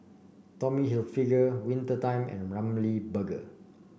Tommy Hilfiger Winter Time and Ramly Burger